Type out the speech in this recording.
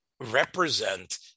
represent